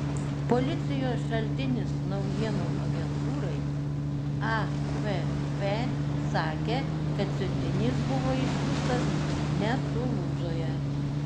policijos šaltinis naujienų agentūrai afp sakė kad siuntinys buvo išsiųstas ne tulūzoje